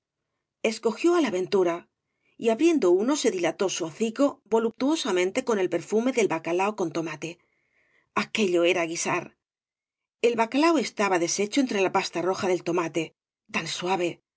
escogió á la ventura y abriendo uno se dilató su hocico voluptuosamente con el perfume del bacalao con tomate aquello era guisar el bacalao estaba deshecho entre la pasta roja del tomate tan suave tan